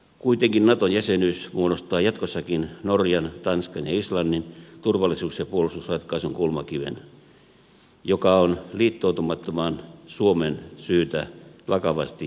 kuitenkin nato jäsenyys muodostaa jatkossakin norjan tanskan ja islannin turvallisuus ja puolustusratkaisun kulmakiven joka on liittoutumattoman suomen syytä vakavasti tiedostaa